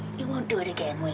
you won't do it again,